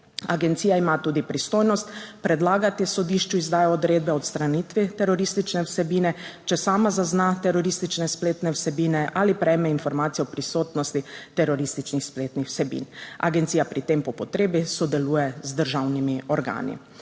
Agencija ima tudi pristojnost predlagati sodišču izdajo odredbe o odstranitvi teroristične vsebine, če sama zazna teroristične spletne vsebine ali prejme informacije o prisotnosti terorističnih spletnih vsebin. Agencija pri tem po potrebi sodeluje z državnimi organi.